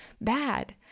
bad